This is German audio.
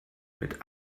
mit